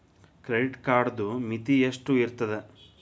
Credit ಕಾರ್ಡದು ಮಿತಿ ಎಷ್ಟ ಇರ್ತದ?